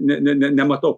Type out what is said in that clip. ne ne ne nematau